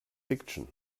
fiction